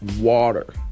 water